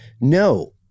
No